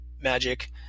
magic